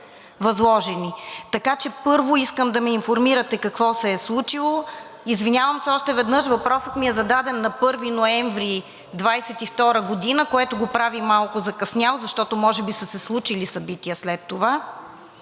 Така че, първо, искам да ме информирате какво се е случило? Извинявам се още веднъж – въпросът ми е зададен на 1 ноември 2022 г., което го прави малко закъснял, защото може би са се случили събития след това.